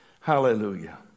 Hallelujah